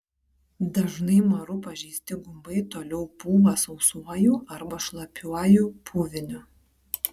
dažnai maru pažeisti gumbai toliau pūva sausuoju arba šlapiuoju puviniu